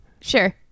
Sure